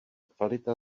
kvalita